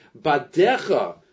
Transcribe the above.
Badecha